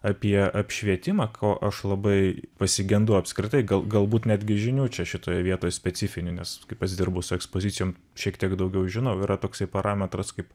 apie apšvietimą ko aš labai pasigendu apskritai gal galbūt netgi žinių čia šitoje vietoje specifinių nes kai pats dirbu su ekspozicijom šiek tiek daugiau žinau yra toksai parametras kaip